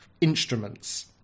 instruments